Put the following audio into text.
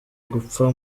gupfa